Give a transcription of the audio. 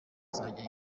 azajya